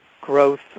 growth